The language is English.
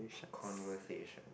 conversation